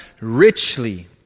richly